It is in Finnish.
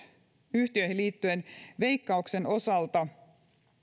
yhtiöihin liittyen veikkauksen osalta